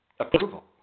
approval